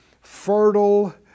Fertile